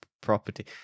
property